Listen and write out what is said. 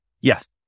Yes